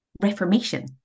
Reformation